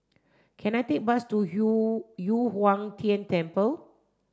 can I take a bus to Yu Yu Huang Tian Temple